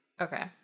Okay